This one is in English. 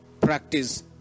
practice